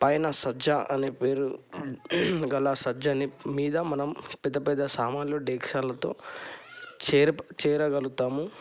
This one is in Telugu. పైన సజ్జా అనే పేరు గల సజ్జాని మీద పెద్ద పెద్ద సామానులు డేక్షాలతో చేర్ప చేరగలుగుతాము